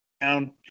down